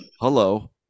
Hello